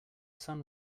sun